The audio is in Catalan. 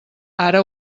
ara